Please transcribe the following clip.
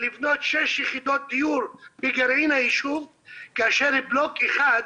תודה רבה,